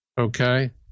okay